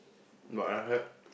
but I had